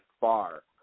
far